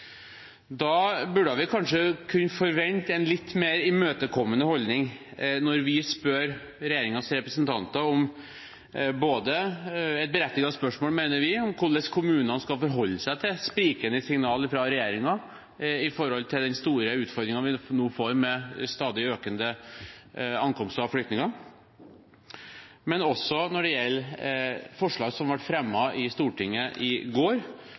Da burde vi kanskje kunne forvente en litt mer imøtekommende holdning når vi spør regjeringens representanter – et berettiget spørsmål, mener vi – hvordan kommunene skal forholde seg til sprikende signal fra regjeringen med tanke på den store utfordringen vi nå får med stadig økende ankomster av flyktninger, men også når det gjelder forslag som ble fremmet i Stortinget i går